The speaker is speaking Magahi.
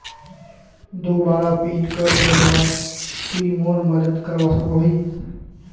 दोबारा पिन कोड बनवात तुई मोर मदद करवा सकोहिस?